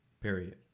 Period